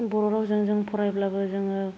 बर' रावजों जों फरायब्लाबो जोंङो